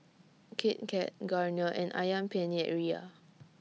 Kit Kat Garnier and Ayam Penyet Ria